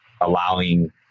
allowing